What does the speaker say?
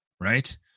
right